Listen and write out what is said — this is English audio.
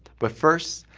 but first,